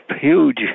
huge